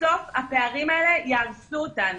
בסוף הפערים האלה יהרסו אותנו.